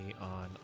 on